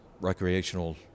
recreational